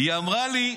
היא אמרה לי: